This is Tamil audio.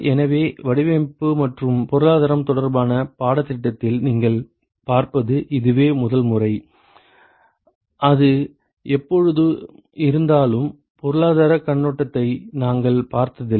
எனவே வடிவமைப்பு மற்றும் பொருளாதாரம் தொடர்பான பாடத்திட்டத்தில் நீங்கள் பார்ப்பது இதுவே முதல் முறை அது எப்பொழுதும் இருந்தாலும் பொருளாதாரக் கண்ணோட்டத்தை நாங்கள் பார்த்ததில்லை